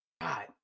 God